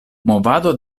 movado